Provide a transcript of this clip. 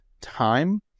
time